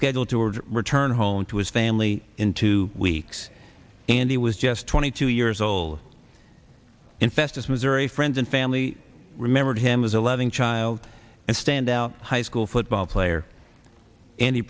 scheduled to or return home to his family in two weeks and he was just twenty two years old in festus missouri friends and family remembered him as eleven child and standout high school football player and